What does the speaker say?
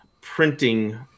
printing